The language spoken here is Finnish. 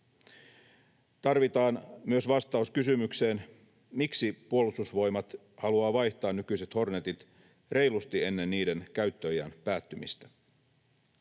Tarvitaan myös vastaus kysymykseen, miksi Puolustusvoimat haluaa vaihtaa nykyiset Hornetit reilusti ennen niiden käyttöiän päättymistä.